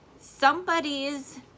somebody's